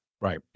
Right